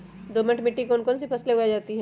दोमट मिट्टी कौन कौन सी फसलें उगाई जाती है?